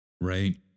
Right